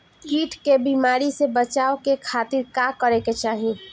कीट के बीमारी से बचाव के खातिर का करे के चाही?